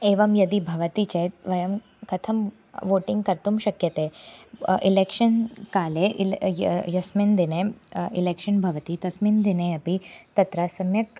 एवं यदि भवति चेत् वयं कथं वोटिङ्ग् कर्तुं शक्यते इलेक्षन् काले इल् य यस्मिन् दिने इलेक्षन् भवति तस्मिन् दिने अपि तत्र सम्यक्